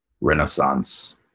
Renaissance